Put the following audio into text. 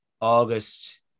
August